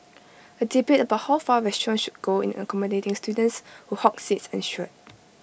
A debate about how far restaurants should go in accommodating students who hog seats ensued